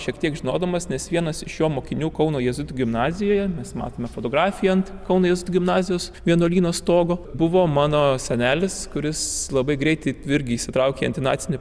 šiek tiek žinodamas nes vienas iš jo mokinių kauno jėzuitų gimnazijoje mes matome fotografiją ant kauno jėzuitų gimnazijos vienuolyno stogo buvo mano senelis kuris labai greitai irgi įsitraukė į antinacinį